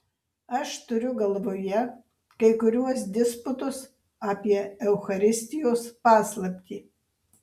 aš turiu galvoje kai kuriuos disputus apie eucharistijos paslaptį